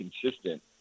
consistent